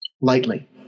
lightly